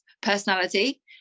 personality